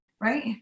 right